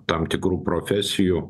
tam tikrų profesijų